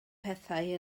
pethau